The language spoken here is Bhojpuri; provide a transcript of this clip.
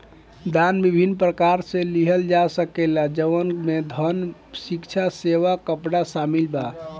दान विभिन्न प्रकार से लिहल जा सकेला जवना में धन, भिक्षा, सेवा, कपड़ा शामिल बा